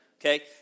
Okay